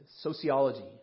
sociology